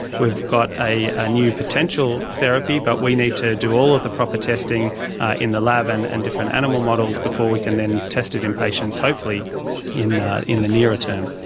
we've got a ah new potential therapy but we need to do all of the proper testing in the lab and and different animal models before we can then test it in patients, hopefully in the in the nearer term.